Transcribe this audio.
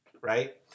right